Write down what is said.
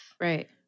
right